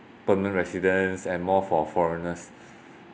permanent residents and more for foreigners